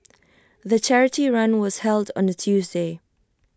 the charity run was held on A Tuesday